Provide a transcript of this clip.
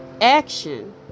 action